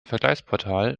vergleichsportal